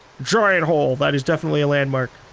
giant hole! that is definitely a landmark.